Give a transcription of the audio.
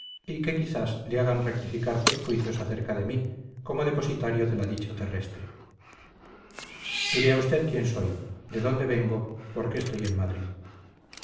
y que quizás le hagan rectificar sus juicios acerca de mí como depositario de la dicha terrestre diré a usted quién soy de dónde vengo por qué estoy en madrid